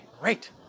Great